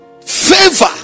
favor